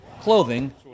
clothing